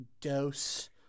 dose